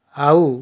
ଆଉ